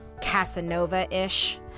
Casanova-ish